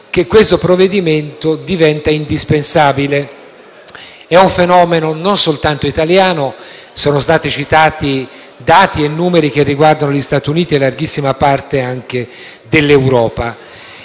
che questo provvedimento diventa indispensabile. È un fenomeno non soltanto italiano e infatti sono stati citati dati e numeri che riguardano gli Stati Uniti e larghissima parte anche dell'Europa.